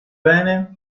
bene